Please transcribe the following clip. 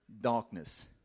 darkness